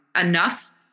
enough